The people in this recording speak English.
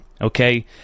okay